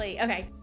Okay